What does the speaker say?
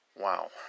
Wow